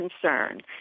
concern